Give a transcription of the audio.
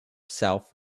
south